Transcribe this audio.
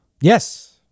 Yes